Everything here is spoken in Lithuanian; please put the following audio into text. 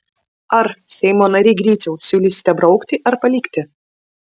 ar seimo nary griciau siūlysite braukti ar palikti